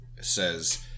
says